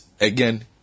again